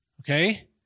okay